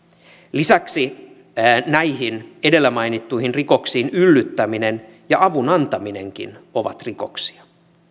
lisäksi näihin edellä mainittuihin rikoksiin yllyttäminen ja avun antaminenkin ovat rikoksia